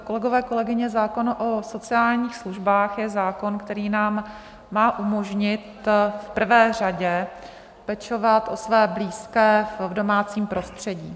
Kolegové, kolegyně, zákon o sociálních službách je zákon, který nám má umožnit v prvé řadě pečovat o své blízké v domácím prostředí.